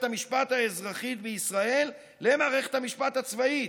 המשפט האזרחית בישראל למערכת המשפט הצבאית.